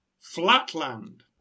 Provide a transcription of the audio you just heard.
Flatland